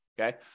Okay